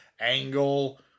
angle